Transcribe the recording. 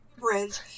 bridge